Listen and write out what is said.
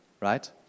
right